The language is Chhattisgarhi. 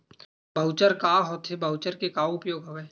वॉऊचर का होथे वॉऊचर के का उपयोग हवय?